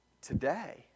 today